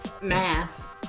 Math